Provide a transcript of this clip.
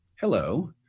hello